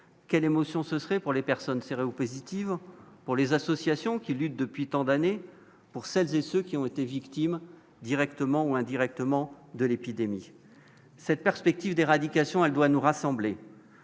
quelle émotion, ce serait pour les personnes serrées ou positive pour les associations qui luttent depuis tant d'années pour celles et ceux qui ont été victimes, directement ou indirectement de l'épidémie, cette perspective d'éradication, elle doit nous rassembler,